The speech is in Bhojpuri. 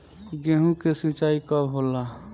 गेहूं के सिंचाई कब होला?